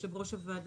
יושב ראש הוועדה,